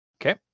Okay